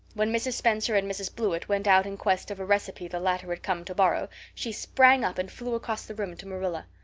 when mrs. spencer and mrs. blewett went out in quest of a recipe the latter had come to borrow she sprang up and flew across the room to marilla.